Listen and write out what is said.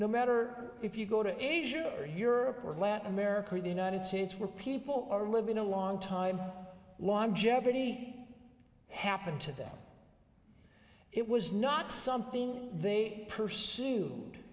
no matter if you go to asia or europe or latin america or the united states where people are living a long time longevity happened to them it was not something they pursue